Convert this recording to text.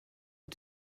had